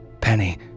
Penny